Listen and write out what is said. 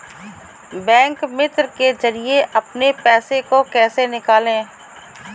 Bank मित्र के जरिए अपने पैसे को कैसे निकालें?